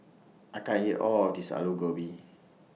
I can't eat All of This Aloo Gobi